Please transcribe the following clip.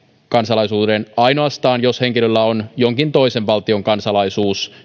kansalaisuuden ainoastaan jos henkilöllä on myös jonkin toisen valtion kansalaisuus